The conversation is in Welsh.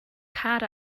car